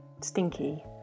Stinky